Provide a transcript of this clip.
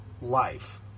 life